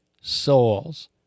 souls